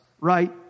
right